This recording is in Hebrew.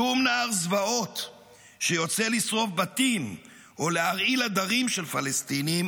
שום נער זוועות שיוצא לשרוף בתים או להרעיל עדרים של פלסטינים